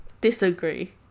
Disagree